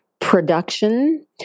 production